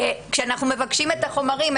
כשאנחנו מבקשים את החומרים,